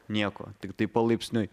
nieko tiktai palaipsniui